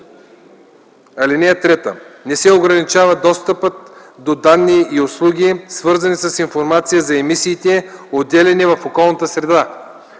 (3) Не се ограничава достъпът до данни и услуги, свързани с информация за емисиите, отделяни в околната среда.